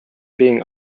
being